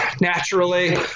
naturally